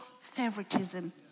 favoritism